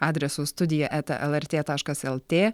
adresu studija eta lrt taškas lt